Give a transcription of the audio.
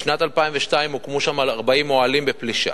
בשנת 2002 הוקמו שם 40 אוהלים בפלישה.